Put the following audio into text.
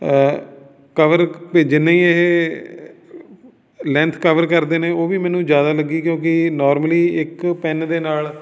cover ਭੇਜੇ ਨਹੀਂ ਇਹ ਲੈਂਥ ਕਵਰ ਕਰਦੇ ਨੇ ਉਹ ਵੀ ਮੈਨੂੰ ਜ਼ਿਆਦਾ ਲੱਗੀ ਕਿਉਂਕਿ ਇਹ ਨੋਰਮਲੀ ਇੱਕ ਪੈੱਨ ਦੇ ਨਾਲ